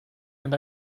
and